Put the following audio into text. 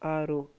ಆರು